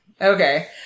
Okay